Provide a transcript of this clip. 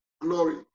glory